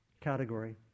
category